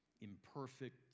imperfect